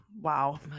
Wow